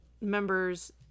members